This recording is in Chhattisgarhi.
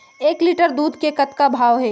एक लिटर दूध के कतका भाव हे?